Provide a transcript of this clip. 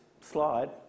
slide